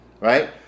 right